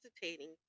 hesitating